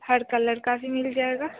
हर colour का भी मिल जाएगा